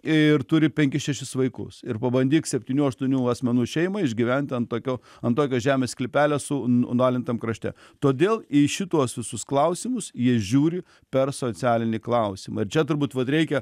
ir turi penkis šešis vaikus ir pabandyk septynių aštuonių asmenų šeimai išgyvent ant tokio ant tokio žemės sklypelio su nualintam krašte todėl į šituos visus klausimus jis žiūri per socialinį klausimą ir čia turbūt vat reikia